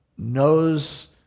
knows